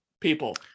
people